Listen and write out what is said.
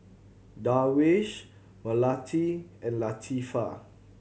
Darwish Melati and Latifa